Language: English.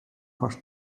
first